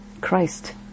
Christ